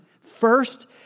First